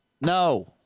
No